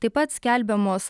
taip pat skelbiamos